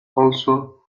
also